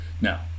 now